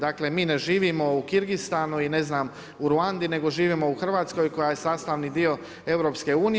Dakle, mi ne živimo u Kirgistanu i ne znam u Ruandi, nego živimo u Hrvatskoj koja je sastavni dio Eu.